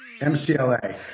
MCLA